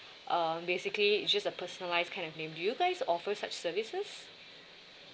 uh basically it's just a personalised kind of name do you guys offer such services